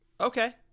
Okay